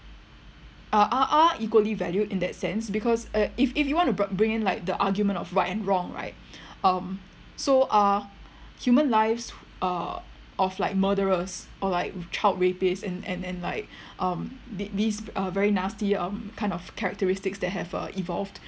are are are equally valued in that sense because uh if if you want to brought bring in like the argument of right and wrong right um so uh human lives uh of like murderers or like child rapist and and and then like um the these uh very nasty um kind of characteristics that have uh evolved